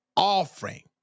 Offering